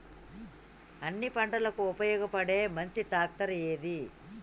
అన్ని పంటలకు ఉపయోగపడే మంచి ట్రాక్టర్ ఏది?